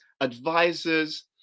advisors